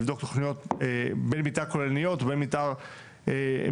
לבדוק תוכניות בין מתאר כוללניות ובין מתאר מפורטות,